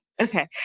Okay